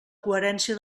coherència